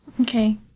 Okay